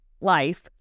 life